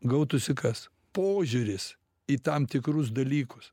gautųsi kas požiūris į tam tikrus dalykus